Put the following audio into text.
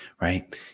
right